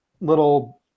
little